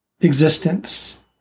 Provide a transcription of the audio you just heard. existence